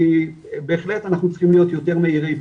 אני בהחלט אנחנו צריכים להיות יותר מאירי פנים,